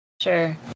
sure